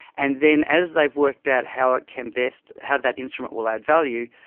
and then as they've worked out how it can best, how that instrument will add value,